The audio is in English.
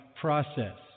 process